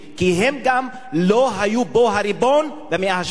כי הם גם לא היו פה הריבון במאה השביעית.